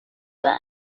burn